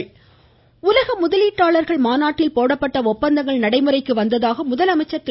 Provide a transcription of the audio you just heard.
முதலமைச்சர் உலக முதலீட்டாளர்கள் மாநாட்டில் போடப்பட்ட ஒப்பந்தங்கள் நடைமுறைக்கு வந்ததாக முதலமைச்சர் திரு